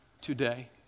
today